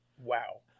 Wow